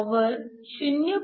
power 0